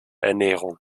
ernährung